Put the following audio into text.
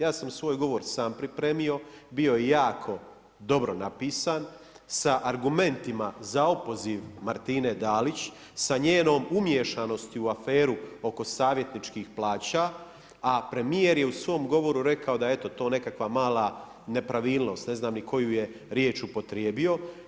Ja sam svoj govor sam pripremio, bio je jako dobro napisan, sa argumentima za opoziv Martine Dalić, sa njenom umiješanosti u aferu oko savjetničkih plaća a premijer je u svom govoru rekao da je eto to nekakva mala nepravilnost, ne znam ni koju je riječ upotrijebio.